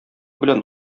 белән